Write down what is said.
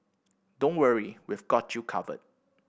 don't worry we've got you covered